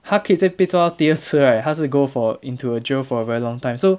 他可以在被抓到第二次 eh 他是 go for into a jail for a very long time so